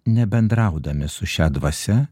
nebendraudami su šia dvasia